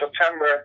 September